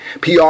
PR